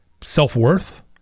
self-worth